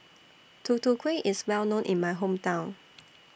Tutu Kueh IS Well known in My Hometown